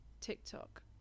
TikTok